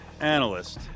Analyst